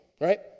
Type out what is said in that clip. right